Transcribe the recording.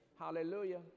Hallelujah